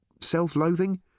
Self-loathing